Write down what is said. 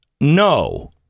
no